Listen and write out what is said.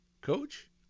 Coach